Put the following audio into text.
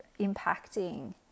impacting